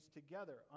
together